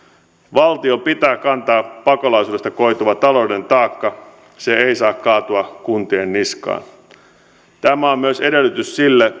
valtion pitää kantaa pakolaisuudesta koituva taloudellinen taakka se ei saa kaatua kuntien niskaan tämä on myös edellytys sille